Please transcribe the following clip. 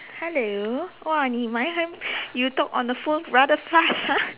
hello !wah! 你卖很 you talk on the phone rather fast ah